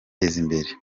imbere